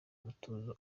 umutuzo